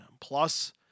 Plus